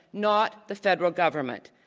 not the federal government.